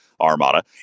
armada